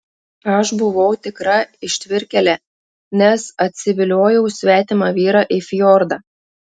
aš buvau tikra ištvirkėlė nes atsiviliojau svetimą vyrą į fjordą